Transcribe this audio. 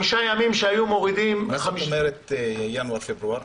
מה זאת אומרת ינואר-פברואר?